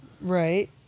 Right